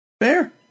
Fair